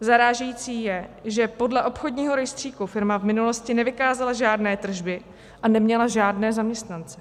Zarážející je, že podle obchodního rejstříku firma v minulosti nevykázala žádné tržby a neměla žádné zaměstnance.